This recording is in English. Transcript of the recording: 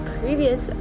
previous